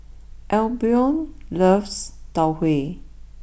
Albion loves Tau Huay